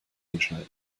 entscheiden